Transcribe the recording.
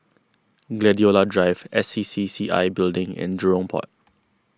Gladiola Drive S C C C I Building and Jurong Port